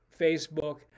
Facebook